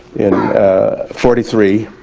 in forty three.